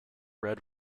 read